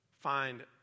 find